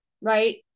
right